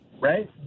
Right